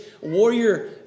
warrior